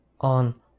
on